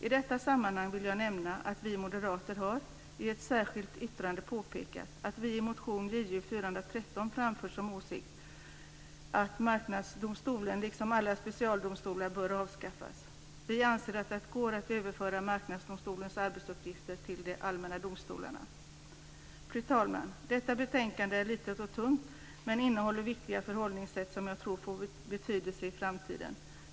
I detta sammanhang vill jag nämna att vi moderater i ett särskilt yttrande påpekat att vi i motion JU413 framfört vår åsikt, att Marknadsdomstolen liksom alla specialdomstolar bör avskaffas. Vi anser att det går att överföra Marknadsdomstolens arbetsuppgifter till de allmänna domstolarna. Fru talman! Detta betänkande är litet och tunt men innehåller viktiga förhållningssätt som jag tror får betydelse i framtiden.